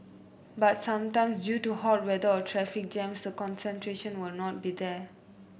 but sometime due to hot weather or traffic jams the concentration will not be there